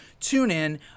TuneIn